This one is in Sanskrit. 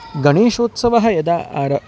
गणेशोत्सवः यदा आर